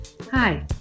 Hi